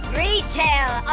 retail